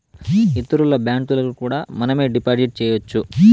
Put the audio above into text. ఇతరుల బ్యాంకులకు కూడా మనమే డిపాజిట్ చేయొచ్చు